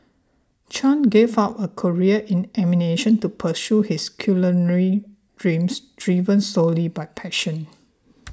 Chan gave up a career in animation to pursue his culinary dreams driven solely by passion